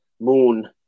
moon